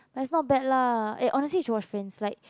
but it's not bad lah eh honestly you should watch friends like